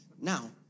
Now